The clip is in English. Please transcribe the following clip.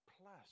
plus